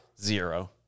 Zero